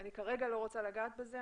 כרגע לא רוצה לגעת בזה,